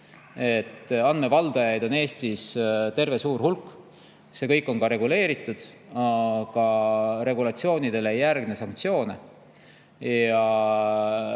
Andmevaldajaid on Eestis terve suur hulk. See kõik on ka reguleeritud, aga regulatsiooni [rikkumisele] ei järgne sanktsioone. Ja